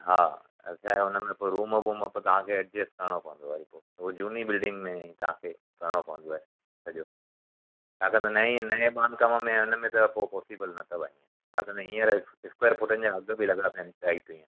हा त छा आहे हुनमें पोइ रूम बूम तव्हांखे एडजस्ट करणो पवंदव वरी पोइ उहो झूनी बिल्डिंग में तव्हांखे करणु पवंदव सॼो छाकाणि त नए नए बांधकाम में हुनमें त पोइ पॉसिबल न अथव हीअं छाकाणि त हींअर स्क्वेअर फूटनि जा अघु बि लॻा पिया आहिनि टाईट हीअं